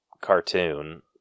cartoon